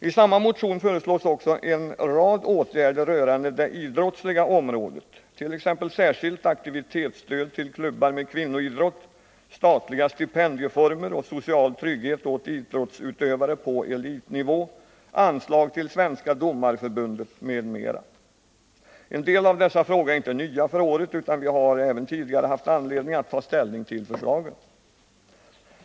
I samma motion föreslås också en rad åtgärder på det idrottsliga området, t.ex. ett särskilt aktivitetsstöd till klubbar med kvinnoidrott, statliga stipendieformer och social trygghet åt idrottsutövare på elitnivå, anslag till Svenska domareförbundet, m.m. En del av dessa frågor är inte nya för året, utan vi har även tidigare haft anledning att ta ställning till förslagen.